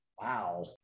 wow